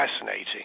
fascinating